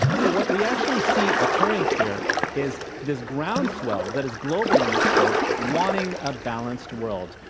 so, what we actually see occurring here is this groundswell that is global in its scope, wanting a balanced world,